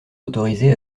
autorisé